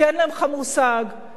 כי אין לך מושג כמה,